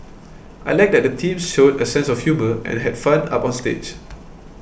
I like that the teams showed a sense of humour and had fun up on stage